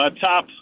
top